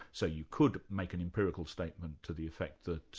so you could make an empirical statement to the effect that